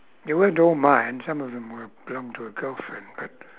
they weren't all mine some of them were belonged to a girlfriend but